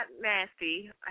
nasty